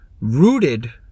rooted